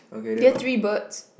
get three birds